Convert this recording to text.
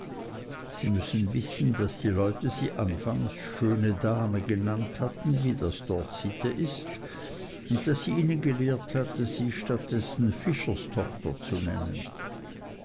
sie müssen wissen daß die leute sie anfangs schöne dame genannt hatten wie das dort sitte ist und daß sie ihnen gelehrt hatte sie statt dessen fischerstochter zu nennen